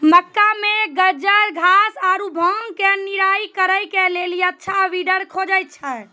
मक्का मे गाजरघास आरु भांग के निराई करे के लेली अच्छा वीडर खोजे छैय?